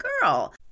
girl